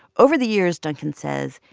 over the years, duncan says,